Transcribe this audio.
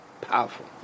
powerful